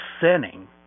sinning